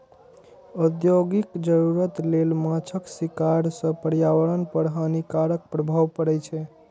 औद्योगिक जरूरत लेल माछक शिकार सं पर्यावरण पर हानिकारक प्रभाव पड़ै छै